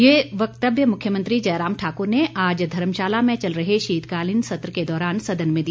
ये वक्तव्य मुख्यमंत्री जय राम ठाकुर ने आज धर्मशाला में चल रहे शीतकालीन सत्र के दौरान सदन में दिया